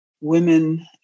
Women